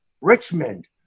Richmond